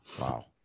wow